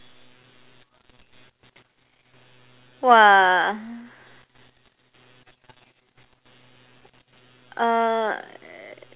!wah! uh